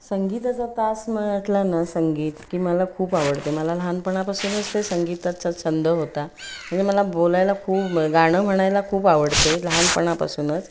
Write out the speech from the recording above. संगीताचा तास म्हटला ना संगीत की मला खूप आवडते मला लहानपणापासूनच ते संगीताचा छंद होता म्हणजे मला बोलायला खूप गाणं म्हणायला खूप आवडतं लहानपणापासूनच